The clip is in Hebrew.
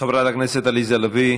חברת הכנסת עליזה לביא,